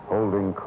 Holding